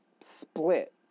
split